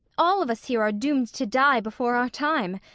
all of us here are doomed to die before our time,